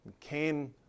Cain